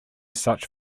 such